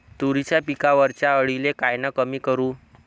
तुरीच्या पिकावरच्या अळीले कायनं कमी करू?